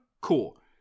cool